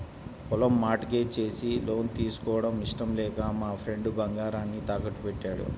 పొలం mortgage చేసి loan తీసుకోవడం ఇష్టం లేక మా ఫ్రెండు బంగారాన్ని తాకట్టుబెట్టాడు